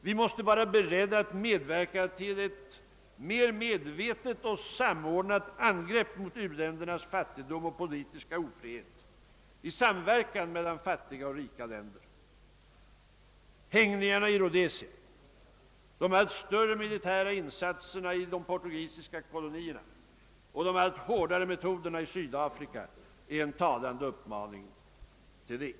Vi måste vara beredda att medverka till ett mer medvetet och samordnat angrepp mot u-ländernas fattigdom och politiska ofrihet i samverkan mellan fattiga och rika länder. Hängningarna i Rhodesia, de allt större militära insatserna i de portugisiska kolonierna och de allt hårdare metoderna i Sydafrika är en talande uppmaning till det.